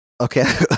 okay